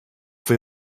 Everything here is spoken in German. für